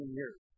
years